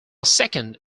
second